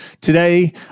Today